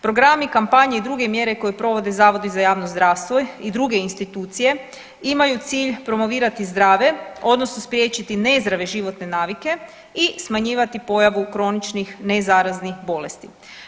Programi, kampanje i druge mjere koje provode zavodi za javno zdravstvo i druge institucije imaju cilj promovirati zdrave odnosno spriječiti nezdrave životne navike i smanjivati pojavu kroničnih nezaraznih bolesti.